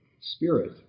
spirit